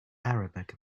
arabic